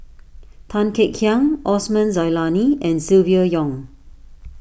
Tan Kek Hiang Osman Zailani and Silvia Yong